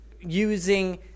using